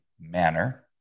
manner